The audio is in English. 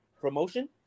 promotion